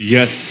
Yes